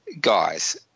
guys